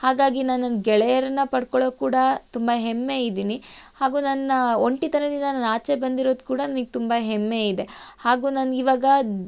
ಹಾಗಾಗಿ ನಾ ನನ್ನ ಗೆಳೆಯರನ್ನು ಪಡ್ಕೊಳ್ಳೋಕೆ ಕೂಡ ತುಂಬ ಹೆಮ್ಮೆ ಇದ್ದೀನಿ ಹಾಗೂ ನನ್ನ ಒಂಟಿತನದಿಂದ ನಾನು ಆಚೆ ಬಂದಿರೋದು ಕೂಡ ನನಿಗೆ ತುಂಬ ಹೆಮ್ಮೆ ಇದೆ ಹಾಗೂ ನಾನು ಇವಾಗ